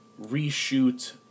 reshoot